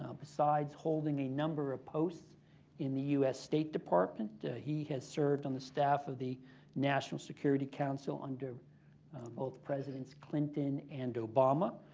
ah besides holding a number of posts in the u s. state department, he has served on the staff of the national security council, under both presidents clinton and obama,